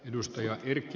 arvoisa puhemies